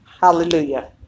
Hallelujah